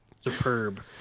Superb